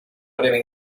breve